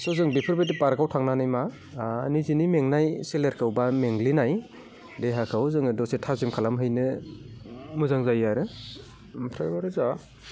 सह जों बेफोरबादि पार्कआव थांनानै मा निजिनि मेंनाय सोलेरखौ बा मेंग्लिनाय देहाखौ जोङो दसे थाजिम खालामहैनो मोजां जायो आरो ओमफ्राय आरो जा